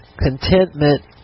Contentment